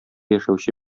яшәүче